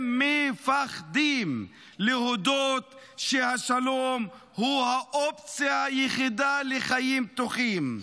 הם מ-פ-ח-דים להודות שהשלום הוא האופציה היחידה לחיים בטוחים,